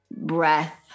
breath